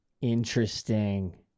Interesting